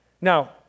Now